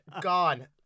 gone